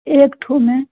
एक ठू में